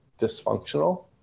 dysfunctional